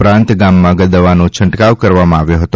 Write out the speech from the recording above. ઉપરાંત ગામમાં દવાનો છંટકાવ કરવામાં આવ્યો હતો